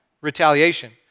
Retaliation